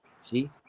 see